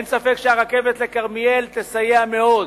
אין ספק שהרכבת לכרמיאל תסייע מאוד.